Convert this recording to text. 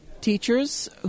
teachers